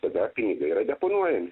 tada pinigai yra deponuojami